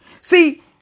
See